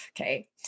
Okay